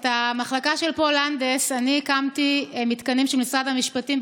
את המחלקה של פול לנדס אני הקמתי מתקנים של משרד המשפטים,